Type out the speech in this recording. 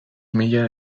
mila